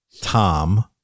Tom